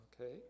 Okay